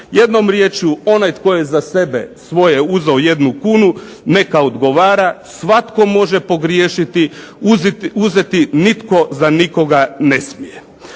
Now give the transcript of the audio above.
Jednom riječju, onaj tko je za sebe svoje uzeo jednu kunu neka odgovara. Svatko može pogriješiti, uzeti nitko za nikoga ne smije.